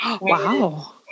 Wow